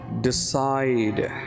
decide